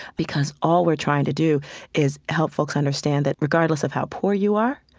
because all we're trying to do is help folks understand that regardless of how poor you are,